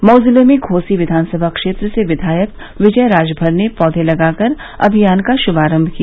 मऊ जिले में घोसी विधानसभा क्षेत्र से विधायक विजय राजभर ने पौधे लगाकर अभियान का शुभारंभ किया